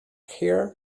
here